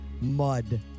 mud